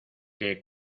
que